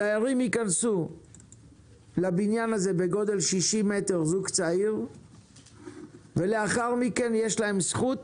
הדיירים ייכנסו לבניין הזה בגודל 60 מטרים ולאחר מכן יש להם זכות